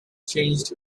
changed